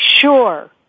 sure